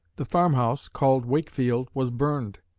the farm-house, called wakefield, was burned,